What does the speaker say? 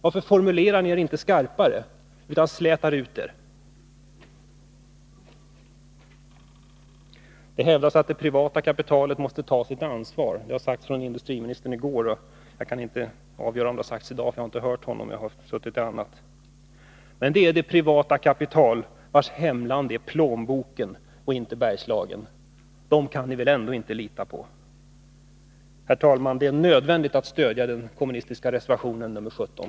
Varför formulerar ni er inte skarpare, utan slätar ut er? Det hävdas att det privata kapitalet måste ta sitt ansvar. Det sade bl.a. industriministern i går. Jag kan inte avgöra om det också har sagts i dag, för jag hade inte möjlighet att höra på industriministerns anförande då jag hade annat att göra. Men det gäller det privata kapital vars hemland är Plånboken och inte Bergslagen. De människorna kan ni väl inte ändå lita på! Herr talman! Det är nödvändigt att stödja den kommunistiska reservationen nr 17.